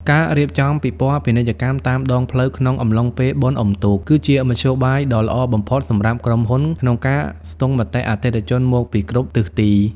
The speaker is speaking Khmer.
ការរៀបចំពិព័រណ៍ពាណិជ្ជកម្មតាមដងផ្លូវក្នុងអំឡុងពេលបុណ្យអុំទូក គឺជាមធ្យោបាយដ៏ល្អបំផុតសម្រាប់ក្រុមហ៊ុនក្នុងការស្ទង់មតិអតិថិជនមកពីគ្រប់ទិសទី។